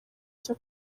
cyo